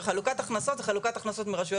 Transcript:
חלוקת הכנסות זה חלוקת הכנסות מרשויות,